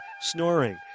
snoring